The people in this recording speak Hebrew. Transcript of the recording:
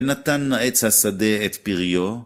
נתן עץ השדה את פריו.